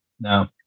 No